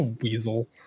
weasel